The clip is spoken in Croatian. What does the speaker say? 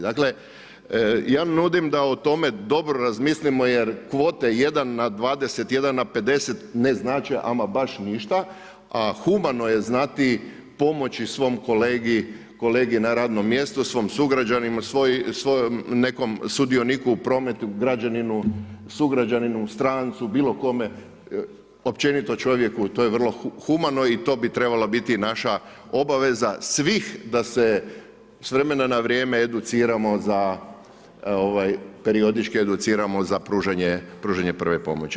Dakle, ja nudim da o tome dobro razmislimo jer kvote 1 na 20, 1 na 50 ne znače ama baš ništa, a humano je znati pomoći svom kolegi na radnom mjestu, svom sugrađaninu, nekom sudioniku u prometu, građaninu, sugrađaninu, strancu, bilo kome, općenito čovjeku, to je vrlo humano i to bi trebala biti naša obaveza svih da se s vremena na vrijeme educiramo za, periodički educiramo za pružanje prve pomoći.